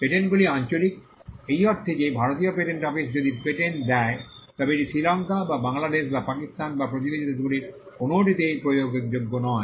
পেটেন্টগুলি আঞ্চলিক এই অর্থে যে ভারতীয় পেটেন্ট অফিস যদি পেটেন্ট দেয় তবে এটি শ্রীলঙ্কা বা বাংলাদেশ বা পাকিস্তান বা প্রতিবেশী দেশগুলির কোনওটিতেই প্রয়োগযোগ্য নয়